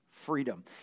freedom